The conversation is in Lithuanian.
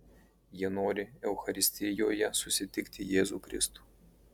jie nori eucharistijoje susitikti jėzų kristų